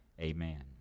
Amen